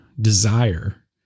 desire